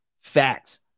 Facts